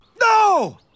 No